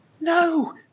No